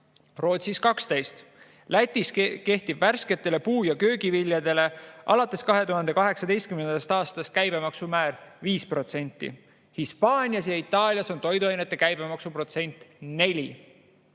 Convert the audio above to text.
Rootsis 12%. Lätis kehtib värsketele puu- ja köögiviljadele alates 2018. aastast käibemaksumäär 5%. Hispaanias ja Itaalias on toiduainete käibemaksu protsent 4.